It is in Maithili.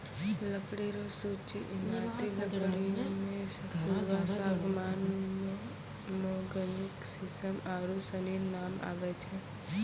लकड़ी रो सूची ईमारती लकड़ियो मे सखूआ, सागमान, मोहगनी, सिसम आरू सनी नाम आबै छै